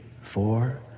four